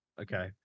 Okay